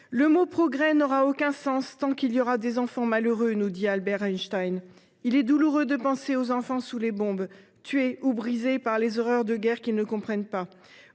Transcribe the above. Le mot progrès n’aura aucun sens tant qu’il y aura des enfants malheureux », disait Albert Einstein. Il est douloureux de penser aux enfants sous les bombes, tués ou brisés par les horreurs de guerres qu’ils ne comprennent pas,